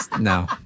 No